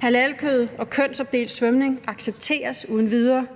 halalkød og kønsopdelt svømning accepteres uden videre,